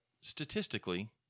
statistically